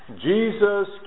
Jesus